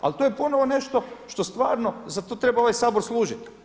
Ali to je ponovo nešto što stvarno za to trebao ovaj sabor služiti.